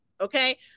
Okay